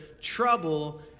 trouble